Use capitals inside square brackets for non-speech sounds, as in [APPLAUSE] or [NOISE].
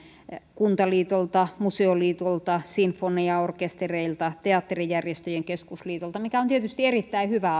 kuntaliitolta museoliitolta sinfoniaorkestereilta ja teatterijärjestöjen keskusliitolta on tietysti erittäin hyvä [UNINTELLIGIBLE]